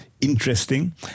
interesting